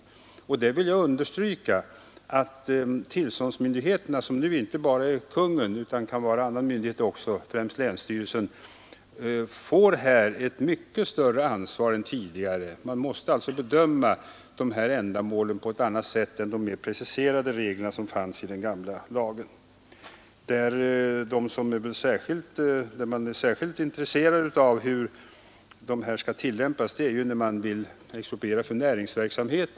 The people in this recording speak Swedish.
Jag vill understryka att tillståndsmyndigheterna, som numera inte bara är Kungl. Maj:t utan även annan myndighet — främst länsstyrelsen — här får ett mycket större ansvar än tidigare. De måste alltså bedöma dessa ändamål på ett annat s n efter de mer preciserade regler som fanns i den gamla lagen. Man är särskilt intresserad av hur reglerna skall tillämpas när man vill expropriera för näringsverksamhet.